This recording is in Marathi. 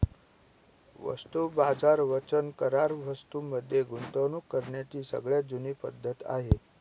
वस्तू बाजार वचन करार वस्तूं मध्ये गुंतवणूक करण्याची सगळ्यात जुनी पद्धत आहे